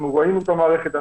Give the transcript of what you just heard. אנחנו ראינו את המערכת.